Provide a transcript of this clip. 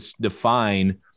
define